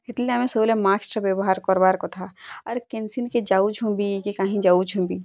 ହେତିର୍ ଲାଗି ଆମେ ସବୁବେଲେ ମାସ୍କ୍ଟା ବ୍ୟବହାର କରବାର୍ କଥା ଆର କେନସିନ୍ କେ ଯାଉଛୁ ବି କି କାହିଁ ଯାଉଛୁ ବି